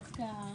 בבקשה.